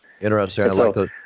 Interesting